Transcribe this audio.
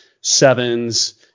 sevens